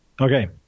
Okay